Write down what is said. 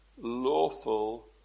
lawful